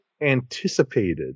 anticipated